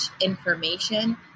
information